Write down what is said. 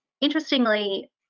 Interestingly